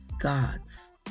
God's